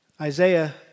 Isaiah